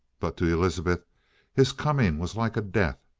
but to elizabeth his coming was like a death.